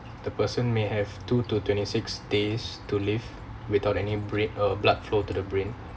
the person may have two to twenty-six days to live without any bread uh blood flow to the brain